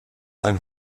ein